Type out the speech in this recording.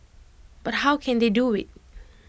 but how can they do IT